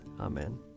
Amen